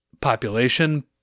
population